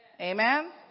Amen